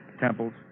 temples